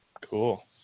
Cool